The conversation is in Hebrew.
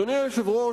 אדוני היושב-ראש,